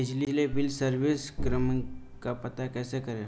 बिजली bill service क्रमांक का पता कैसे करें?